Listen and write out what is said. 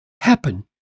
happen